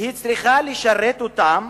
והיא צריכה לשרת אותם